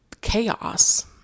chaos